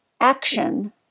action